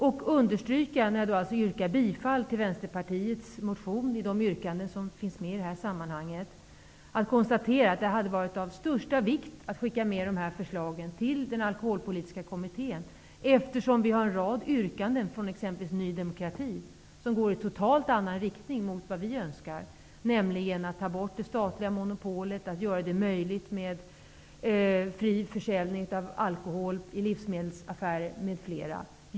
När jag nu yrkar bifall till yrkandena i Vänsterpartiets motion vill jag understryka att det hade varit av största vikt att skicka dessa förslag till den alkoholpolitiska kommittén, eftersom vi har en rad yrkanden från exempelvis Ny demokrati som går i totalt annan riktning än vi önskar. De vill bl.a. ta bort det statliga monopolet och göra det möjligt med fri försäljning av alkohol i livsmedelsaffärer.